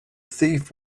thief